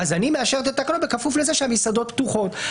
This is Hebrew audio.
אני מאשרת את התקנות בכפוף לזה שהמסעדות פתוחות.